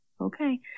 okay